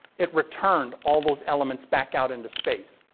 it returned all those elements back out into space.